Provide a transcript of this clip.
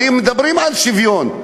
הרי מדברים על שוויון,